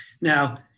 Now